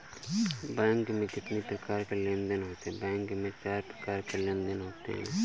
Bank में कितनी प्रकार के लेन देन देन होते हैं?